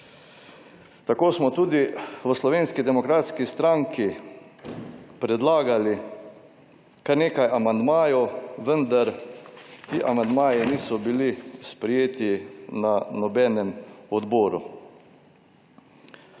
Tako smo tudi v Slovenski demokratski stranki predlagali kar nekaj amandmajev, vendar ti amandmaji niso bili sprejeti na nobenem odboru.